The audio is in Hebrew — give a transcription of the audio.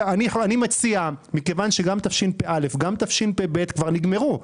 אני מציע, מכיוון שגם תשפ"א וגם תשפ"ב כבר נגמרו,